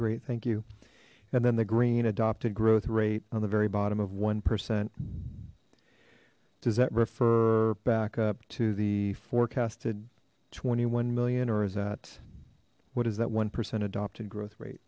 great thank you and then the green adopted growth rate on the very bottom of one percent does that refer back up to the forecasted twenty one million or is that what is that one percent adopted growth rate